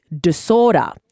disorder